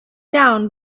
down